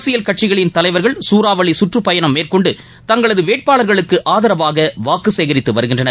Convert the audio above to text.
அரசியல் கட்சிகளின் தலைவர்கள் சூறாவளி கற்றுப்பயணம் மேற்கொண்டு தங்களது வேட்பாளர்களுக்கு ஆதரவாக வாக்கு சேகரித்து வருகின்றனர்